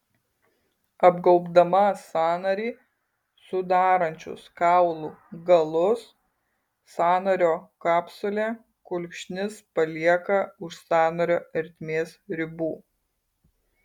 apgaubdama sąnarį sudarančius kaulų galus sąnario kapsulė kulkšnis palieka už sąnario ertmės ribų